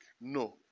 No